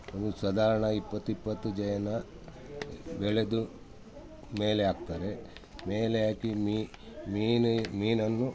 ಒಂದು ಸಾಧಾರ್ಣ ಇಪ್ಪತ್ತು ಇಪ್ಪತ್ತು ಜನ ಎಳೆದು ಮೇಲೆ ಹಾಕ್ತಾರೆ ಮೇಲೆ ಹಾಕಿ ಮೀ ಮೀನು ಮೀನನ್ನು